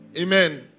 Amen